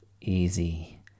easy